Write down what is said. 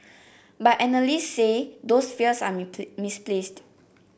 but analyst say those fears are misplaced